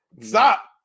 Stop